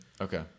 Okay